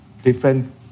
different